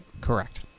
Correct